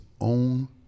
own